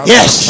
Yes